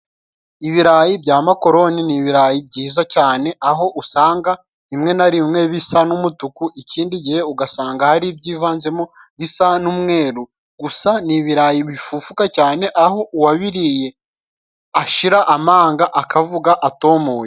Ibirayi bya makoroni ni ibirayi byiza cyane, aho usanga rimwe na rimwe bisa n'umutuku, ikindi gihe ugasanga hari ibyivanzemo bisa n'umweru. Gusa ni ibirayi bifufuka cyane, aho uwabiriye ashira amanga akavuga atomoye.